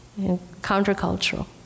Countercultural